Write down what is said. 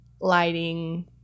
lighting